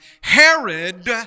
Herod